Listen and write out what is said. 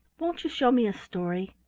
won't you show me a story?